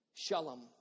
Shalom